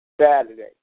Saturday